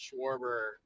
Schwarber